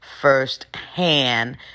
firsthand